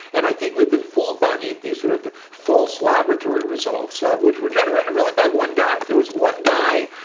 and i think we've been fooled by these these sort of false laboratory results which were generated really by one guy. there was one guy